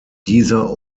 dieser